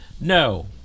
no